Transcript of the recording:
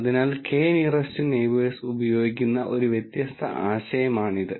അതിനാൽ K nearest neighbours ഉപയോഗിക്കുന്ന ഒരു വ്യത്യസ്ത ആശയമാണിത്